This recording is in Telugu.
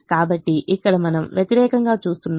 కాబట్టి ఇక్కడ వనం వ్యతిరేకంగా చేస్తున్నాము